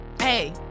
Hey